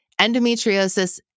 endometriosis